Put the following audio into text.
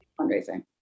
fundraising